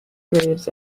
graves